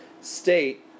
state